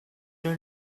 your